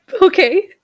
Okay